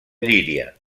llíria